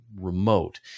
remote